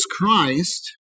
Christ